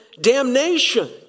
damnation